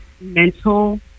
mental